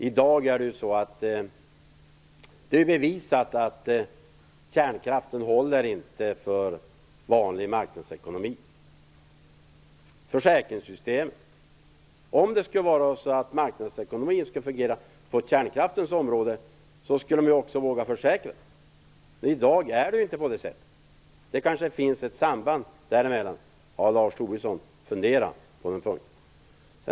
I dag är det bevisat att kärnkraften inte håller för vanlig marknadsekonomi och för försäkringssystemet. Om marknadsekonomin skulle fungera på kärnkraftens område skulle man också våga försäkra den. I dag är det inte på det sättet. Det kanske finns ett samband där emellan. Har Lars Tobisson funderat på den punkten?